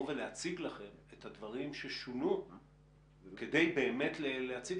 לבוא ולהציג לכם את הדברים ששונו כדי באמת להציג